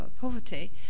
poverty